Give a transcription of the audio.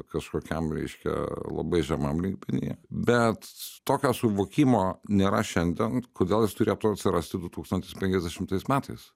kažkokiam reiškia labai žemam lygmenyje bet tokio suvokimo nėra šiandien kodėl jis turėtų atsirasti du tūkstantis penkiasdešimtais metais